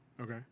Okay